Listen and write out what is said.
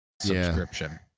subscription